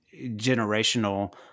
generational